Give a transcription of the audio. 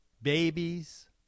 Babies